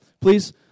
please